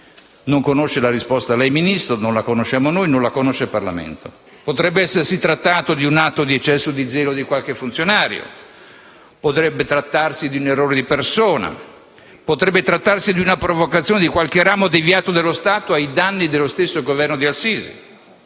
Non conosce la risposta lei, signor Ministro, non la conosciamo noi e non la conosce il Parlamento. Potrebbe essersi trattato di un atto di eccesso di zelo di qualche funzionario; potrebbe trattarsi di un errore di persona; potrebbe trattarsi di una provocazione di qualche ramo deviato dello Stato ai danni dello stesso Governo di al-Sisi.